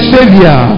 Savior